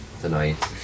tonight